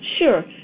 Sure